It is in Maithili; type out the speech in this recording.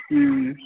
हुँ